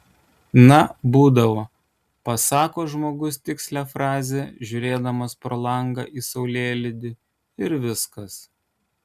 na būdavo pasako žmogus tikslią frazę žiūrėdamas pro langą į saulėlydį ir viskas